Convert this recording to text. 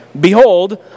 Behold